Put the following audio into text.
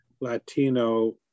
Latino